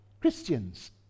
Christians